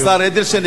השר אדלשטיין,